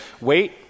Wait